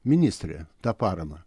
ministrė tą paramą